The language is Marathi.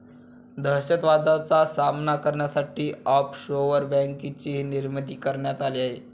दहशतवादाचा सामना करण्यासाठी ऑफशोअर बँकेचीही निर्मिती करण्यात आली आहे